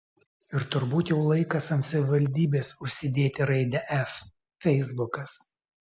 ir turbūt jau laikas ant savivaldybės užsidėti raidę f feisbukas